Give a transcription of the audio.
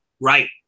Right